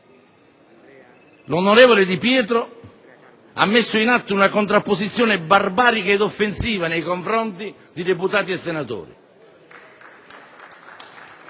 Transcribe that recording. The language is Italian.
Di Pietro ha messo in atto una contrapposizione barbarica ed offensiva nei confronti di deputati e senatori.